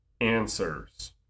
answers